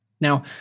Now